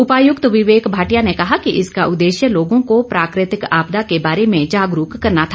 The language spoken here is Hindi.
उपायुक्त विवेक भाटिया ने कहा कि इसका उद्देश्य लोगों को प्राकृतिक आपदा के बारे में जागरूक करना था